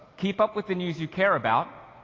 keep up with the news you care about.